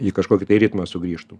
į kažkokį ritmą sugrįžtum